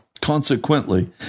consequently